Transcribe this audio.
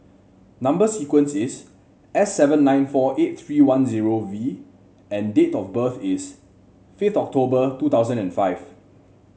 number sequence is S seven nine four eight three one zero V and date of birth is fifth October two thousand and five